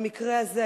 במקרה הזה,